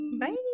bye